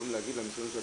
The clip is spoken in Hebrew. הם יכולים להגיד למשרד,